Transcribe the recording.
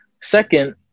Second